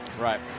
Right